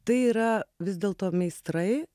tai yra vis dėlto meistrai